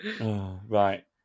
Right